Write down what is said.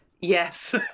yes